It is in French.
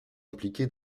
impliqué